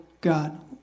God